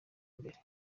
mbere